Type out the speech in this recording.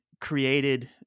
created